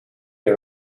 you